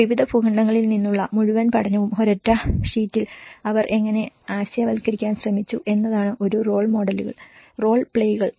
വിവിധ ഭൂഖണ്ഡങ്ങളിൽ നിന്നുള്ള മുഴുവൻ പഠനവും ഒരൊറ്റ ഷീറ്റിൽ അവർ എങ്ങനെ ആശയവത്കരിക്കാൻ ശ്രമിച്ചു എന്നതാണ് ഒരു റോൾ മോഡലുകൾ റോൾ പ്ലേകൾ